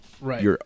Right